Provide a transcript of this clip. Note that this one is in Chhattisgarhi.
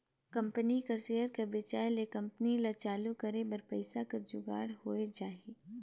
कंपनी कर सेयर कर बेंचाए ले कंपनी ल चालू करे बर पइसा कर जुगाड़ होए जाही